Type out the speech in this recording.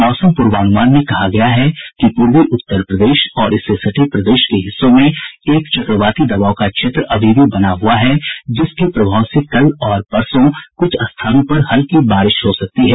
मौसम पूर्वानुमान में कहा गया है कि पूर्वी उत्तर प्रदेश और इससे सटे प्रदेश के हिस्सों में एक चकवाती दबाव का क्षेत्र बना हुआ है जिसके प्रभाव से कल और परसों हल्की कुछ स्थानों पर बारिश हो सकती है